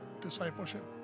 discipleship